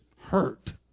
hurt